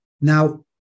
Now